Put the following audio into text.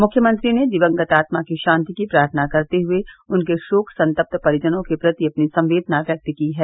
मुख्यमंत्री ने दिवंगत आत्मा की शान्ति की प्रार्थना करते हुए उनके शोक संतप्त परिजनों के प्रति अपनी संवेदना व्यक्त की है